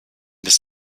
des